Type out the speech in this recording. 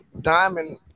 Diamond